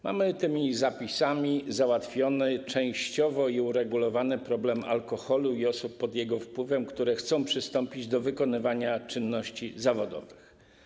Mamy tymi zapisami załatwiony częściowo i uregulowany problem alkoholu i osób pod jego wpływem, które chcą przystąpić do wykonywania czynności zawodowych.